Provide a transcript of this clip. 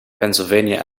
pennsylvania